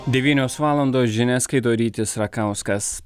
devynios valandos žinias skaito rytis rakauskas